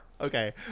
Okay